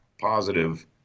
positive